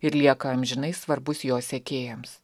ir lieka amžinai svarbus jo sekėjams